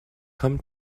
come